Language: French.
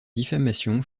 diffamation